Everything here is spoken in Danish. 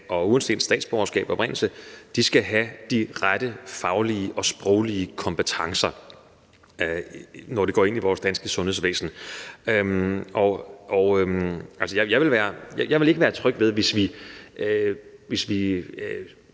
uanset statsborgerskab og oprindelse skal have de rette faglige og sproglige kompetencer, når de går ind i vores danske sundhedsvæsen. Jeg ville ikke være tryg ved, at vi